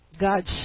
God